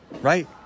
right